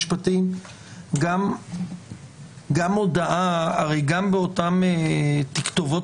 יכול להיות שצריך גם את העניין הזה בהקשר של תאגידים